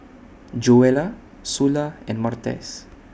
Joella Sula and Martez